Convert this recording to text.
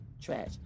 trash